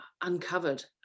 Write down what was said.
uncovered